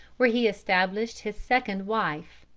where he established his second wife.